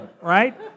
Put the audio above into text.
right